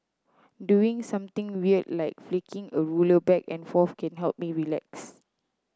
doing something weird like flicking a ruler back and forth can help me relax